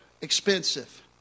expensive